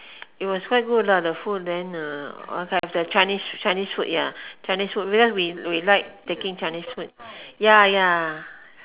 it was quite good lah the food then uh have the chinese chinese food ya chinese food because we we like taking chinese food ya ya